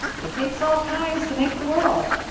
it takes all kinds to make the world.